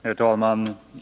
Herr talman!